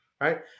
right